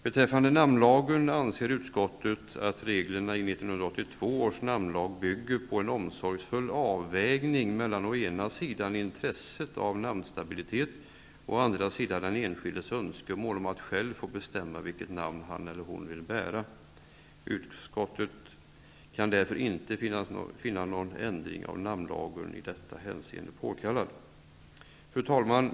Beträffande namnlagen anser utskottet att reglerna i 1982 års namnlag bygger på en omsorgsfull avvägning mellan å ena sidan intresset av namnstabilitet och å andra sidan den enskildes önskemål om att själv få bestämma vilket namn han eller hon skall bära. Utskottet kan därför inte finna någon ändring av namnlagen i detta hänseende vara påkallad. Fru talman!